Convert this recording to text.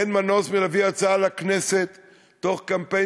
אין מנוס מלהביא הצעה לכנסת תוך קמפיין